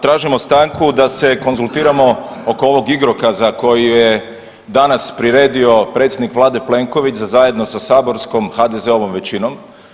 Tražimo stanku da se konzultiramo oko ovog igrokaza koji je danas priredio predsjednik vlade Plenković zajedno sa saborskom HDZ-ovom većinom.